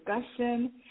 discussion